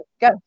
Go